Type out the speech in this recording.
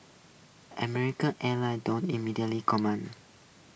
American airlines don't immediately comment